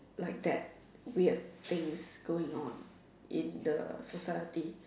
like that weird things going on in the society